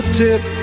tip